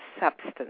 substance